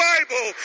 Bible